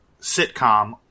sitcom